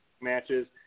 matches